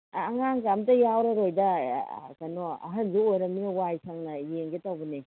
ꯑꯉꯥꯡꯒ ꯑꯝꯇ ꯌꯥꯎꯔꯔꯣꯏꯗ ꯀꯩꯅꯣ ꯑꯍꯟꯁꯨ ꯑꯣꯏꯔꯃꯤꯅ ꯋꯥꯏ ꯁꯪꯅ ꯌꯦꯡꯒꯦ ꯇꯧꯕꯅꯦ